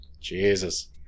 Jesus